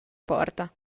porta